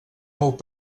mot